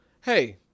hey